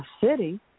city